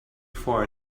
for